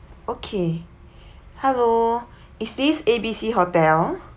okay hello is this A_B_C hotel